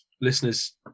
listeners